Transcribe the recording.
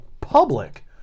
public